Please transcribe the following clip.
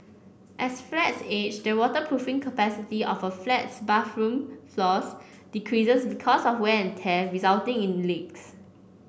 as flats age the waterproofing capacity of a flat's bathroom floors decreases because of wear and tear resulting in leaks